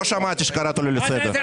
לא שמעתי שקראת לו לסדר.